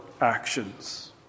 actions